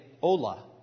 hola